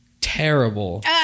terrible